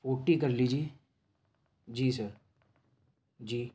forty کر لیجئے جی سر جی